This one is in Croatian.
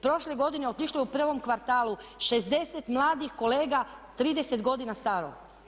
Prošle godine otišlo je u prvom kvartalu 60 mladih kolega 30 godina staro.